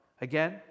Again